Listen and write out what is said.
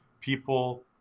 people